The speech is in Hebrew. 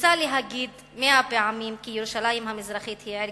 ניסה להגיד מאה פעמים כי ירושלים המזרחית היא כבושה.